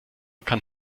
kann